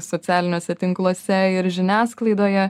socialiniuose tinkluose ir žiniasklaidoje